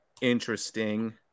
interesting